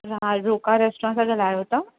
हा रोक्का रेस्टोरेंट सां ॻाल्हायो था